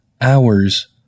hours